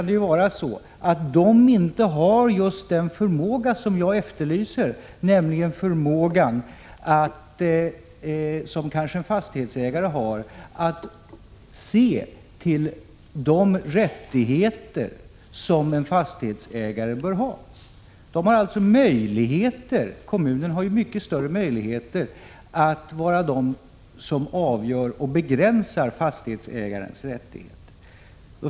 De har inte just den förmåga som jag efterlyser, nämligen förmågan — som kanske en fastighetsägare har — att beakta fastighetsägarens rättigheter. Kommunen får större möjligheter att avgöra och begränsa fastighetsägarens rättigheter.